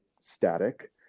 static